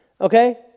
Okay